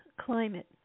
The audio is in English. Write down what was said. climate